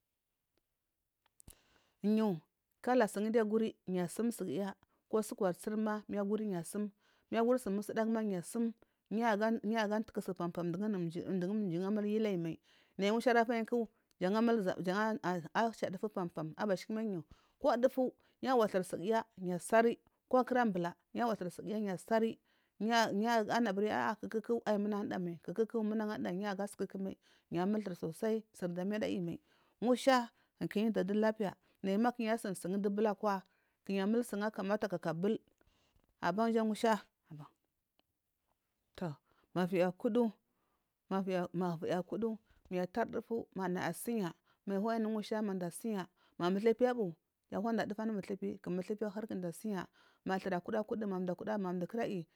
Nyu kala sungiya aguri yu asum sugiya ko usukuwar ma yusum mayaguri sumusudaga yu asum yu aga su tuku pampam mayi dugu unumdu anga ayu yilayi mai. Nayi ngushari afayi ku jan amul zab jen ancha dufu pampam abashikimai ko dufu ya awathawi sugiya nya asari ko kara aga mbula yu athuri sugiya. Yu anu abiri kukuya ayi manage anuda mai kukuya munagu anu da mai yu amulu thur sosai. Suri damiya da ayimai. Ngusha kunayi inda dalapiya nayi ma kunayi asini sun dubulu akowa ku nayi amul sun akamata kaka bul. Aban ja ngusha to ma viyi ashudu ma viyi akudu mayu aturi dufu manaya asiya ma yu anayi anu ngusha manda asiya. Ma muthupi abu kiya ahuwa dufu anu muthupi ku muthupi ahiri kunda asiya ma thur kura kudu mandu kura kira ayi.